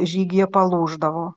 žygyje palūždavo